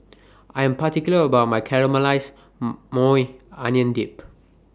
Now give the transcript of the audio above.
I Am particular about My Caramelized Maui Onion Dip